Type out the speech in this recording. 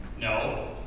No